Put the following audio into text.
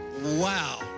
Wow